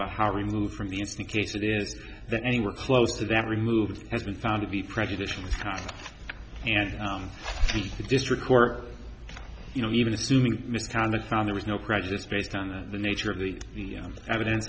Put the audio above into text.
about how removed from the is the case it is that anywhere close to that removed has been found to be prejudicial and the district court you know even assuming misconduct found there was no prejudice based on the nature of the evidence